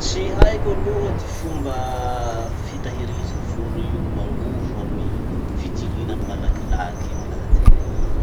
Tsy haiko aloha ty fomba fitahiriza voro io angovo amy fitilinany malakilaky iny laha tena izy.